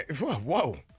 Whoa